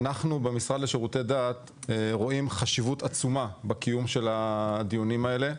אנחנו במשרד לשירותי דת רואים חשיבות עצומה בקיום של הדיונים האלה,